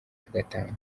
nagatatu